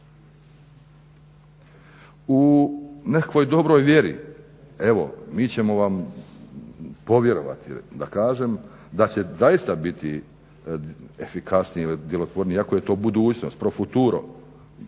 U nekakvoj dobroj vjeri, evo mi ćemo vam povjerovati da kažem, da će zaista biti efikasnije ili djelotvornije iako je to budućnost, pro futuru,